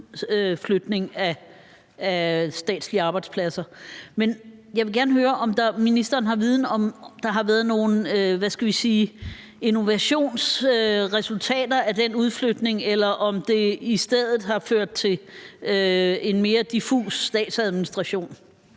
der har været nogen – hvad skal vi sige – innovationsresultater af den udflytning, eller om det i stedet har ført til en mere diffus statsadministration.